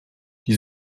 die